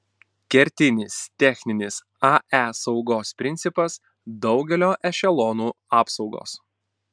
kertinis techninis ae saugos principas daugelio ešelonų apsaugos